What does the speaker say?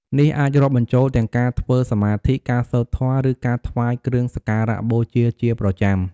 នេះអាចរាប់បញ្ចូលទាំងការធ្វើសមាធិ ការសូត្រធម៌ ឬការថ្វាយគ្រឿងសក្ការបូជាជាប្រចាំ។